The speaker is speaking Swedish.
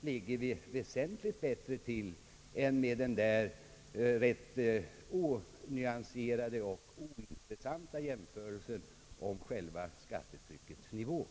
ligger väsentligt bättre till än vi gör enligt den rätt onyanserade och ointressanta jämförelsen om själva skattetryckets nivå.